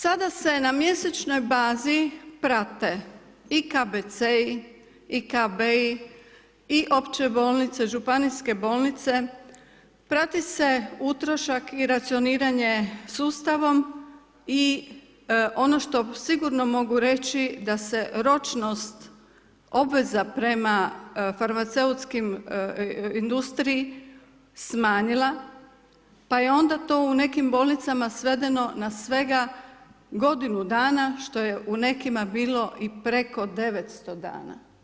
Sada se na mjesečnoj bazi prate i KBC-i i KB-i i opće bolnice, županijske bolnice, prati se utrošak i racioniranje sustavom i ono što sigurno mogu reći da se ročnost obveza prema farmaceutskoj industriji smanjila pa je onda to u nekim bolnicama svedeno na svega godinu dana, što je u nekima bilo i preko 900 dana.